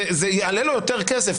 זה יעלה לו יותר כסף,